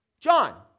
John